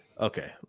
Okay